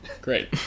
Great